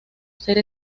ser